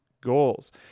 goals